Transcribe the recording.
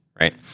right